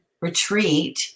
retreat